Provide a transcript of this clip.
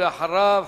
ואחריו,